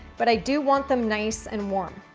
but i do want them nice and warm.